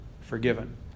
forgiven